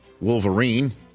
Wolverine